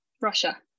Russia